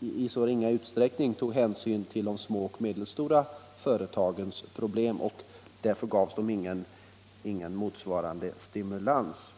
i så ringa utsträckning tog hänsyn till de små och medelstora företagens problem. Därför fick de ingen motsvarande stimulans.